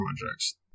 projects